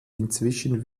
inzwischen